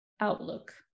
outlook